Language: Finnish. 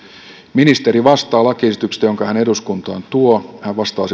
ministeri vastaa lakiesityksestä jonka hän eduskuntaan tuo hän vastaa